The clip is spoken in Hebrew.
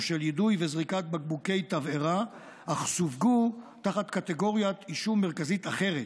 של יידוי וזריקת בקבוקי תבערה אך סווגו תחת קטגורית אישום מרכזית אחרת,